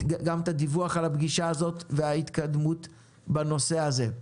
אני מבקש לקבל דיווח גם על הפגישה הזאת ועל ההתקדמות בנושא הזה.